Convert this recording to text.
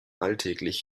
alltäglich